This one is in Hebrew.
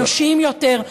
אנושיים יותר,